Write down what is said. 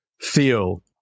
feel